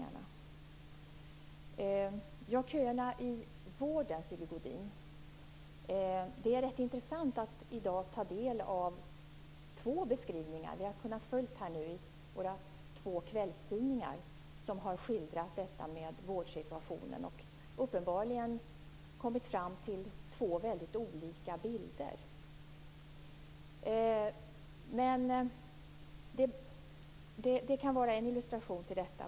Beträffande köerna i vården vill jag säga till Sigge Godin att det är ganska intressant att i dag ta del av två beskrivningar av vårdsituationen som vi har kunnat följa i de två kvällstidningarna. Uppenbarligen har de kommit fram till två mycket olika bilder. Det kan vara en illustration till detta.